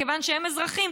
מכיוון שהם אזרחים,